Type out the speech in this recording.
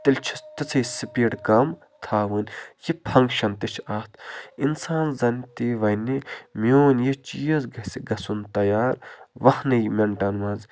تیٚلہِ چھِس تِژھٕے سِپیٖڈ کَم تھاوٕنۍ یہِ فَنٛکشَن تہِ چھِ اَتھ اِنسان زَنہٕ تہِ وَنہِ میون یہِ چیٖز گژھِ گَژھُن تیار وُہنٕے مِنٛٹَن منٛز